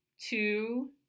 two